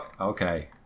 Okay